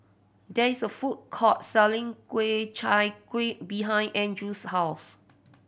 there is a food court selling Ku Chai Kuih behind Andrew's house